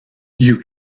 you